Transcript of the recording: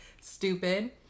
Stupid